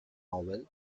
novels